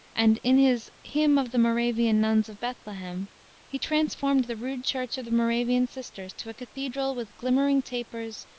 and in his hymn of the moravian nuns of bethlehem he transformed the rude church of the moravian sisters to a cathedral with glimmering tapers,